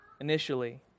initially